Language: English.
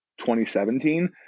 2017